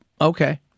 okay